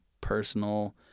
personal